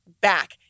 back